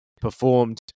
performed